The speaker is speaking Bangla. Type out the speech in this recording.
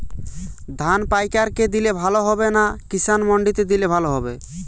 ধান পাইকার কে দিলে ভালো হবে না কিষান মন্ডিতে দিলে ভালো হবে?